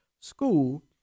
school